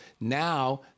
now